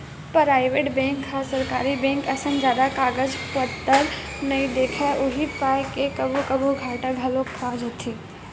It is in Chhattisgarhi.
पराइवेट बेंक ह सरकारी बेंक असन जादा कागज पतर नइ देखय उही पाय के कभू कभू घाटा घलोक खा जाथे